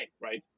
right